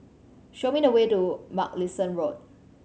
show me the way to Mugliston Road